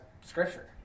scripture